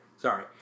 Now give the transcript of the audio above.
Sorry